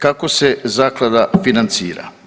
Kako se zaklada financira?